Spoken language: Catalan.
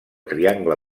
triangle